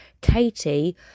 Katie